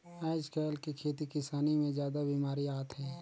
आयज कायल के खेती किसानी मे जादा बिमारी आत हे